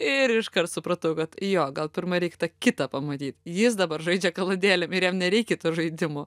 ir iškart supratau kad jo gal pirma reik tą kitą pamatyt jis dabar žaidžia kaladėlėm ir jam nereikia to žaidimo